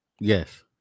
Yes